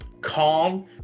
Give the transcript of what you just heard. calm